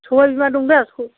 सबायबिमा दं दा